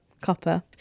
copper